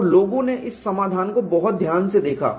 और लोगों ने इस समाधान को बहुत ध्यान से देखा